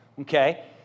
Okay